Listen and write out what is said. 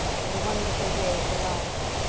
and the wonderful day had arrived.